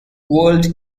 world